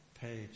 page